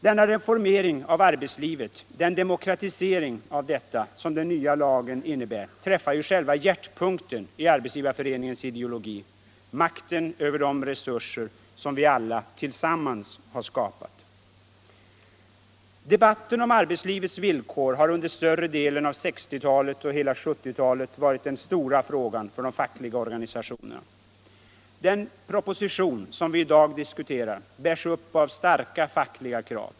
Denna reformering av arbetslivet, den demokratisering av detta som den nya lagen innebär, träffar ju själva hjärtpunkten i Arbetsgivareföreningens ideologi —- makten över de resurser som vi alla tillsammans skapat. Debatten om arbetslivets villkor har under större delen av 1960-talet och hela 1970-talet varit den stora frågan för de fackliga organisationerna. Den proposition som vi i dag diskuterar bärs upp av starka fackliga krav.